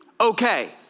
Okay